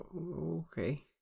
okay